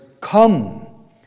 Come